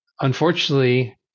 unfortunately